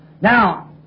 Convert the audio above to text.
Now